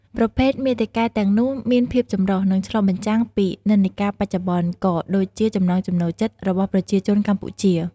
ប្រភេទមាតិកាទាំងនោះមានភាពចម្រុះ និងឆ្លុះបញ្ចាំងពីនិន្នាការបច្ចុប្បន្ន ក៏ដូចជាចំណង់ចំណូលចិត្តរបស់ប្រជាជនកម្ពុជា។